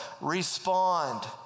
Respond